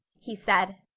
he said.